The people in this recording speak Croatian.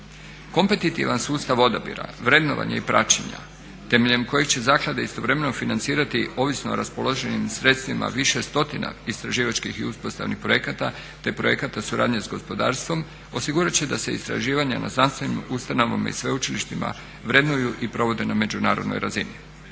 Kompetitivan sustav odabira, vrednovanja i praćenja temeljem koje će zaklade istovremeno financirati ovisno o raspoloživim sredstvima više stotina istraživačkih i uspostavnih projekata te projekata suradnje s gospodarstvom osigurat će da se istraživanja na znanstvenim ustanovama i sveučilištima vrednuju i provode na međunarodnoj razini.